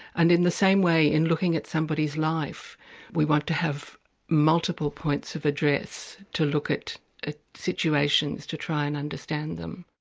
and in the same way in looking at somebody's life we want to have multiple points of address to look at ah situations to try and understand them.